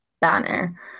banner